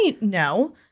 no